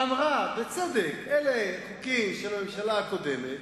ואמרה, בצדק, שאלה חוקים של הממשלה הקודמת,